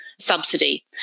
subsidy